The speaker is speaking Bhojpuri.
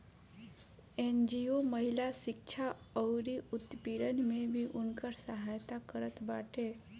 एन.जी.ओ महिला शिक्षा अउरी उत्पीड़न में भी उनकर सहायता करत बाटे